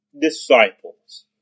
disciples